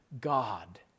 God